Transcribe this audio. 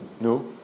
no